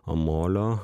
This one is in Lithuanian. o molio